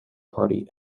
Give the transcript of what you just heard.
party